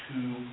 two